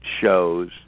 shows